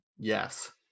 yes